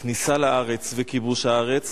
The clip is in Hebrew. כניסה לארץ וכיבוש הארץ,